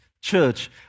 church